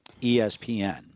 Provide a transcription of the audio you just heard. ESPN